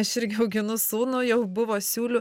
aš irgi auginu sūnų jau buvo siūlių